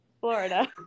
florida